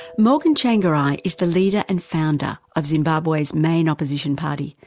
morgan tsvangirai is the leader and founder of zimbabwe's main opposition party,